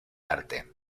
arte